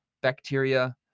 bacteria